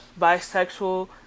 bisexual